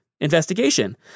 investigation